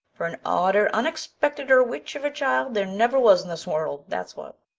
for an odder, unexpecteder witch of a child there never was in this world, that's what.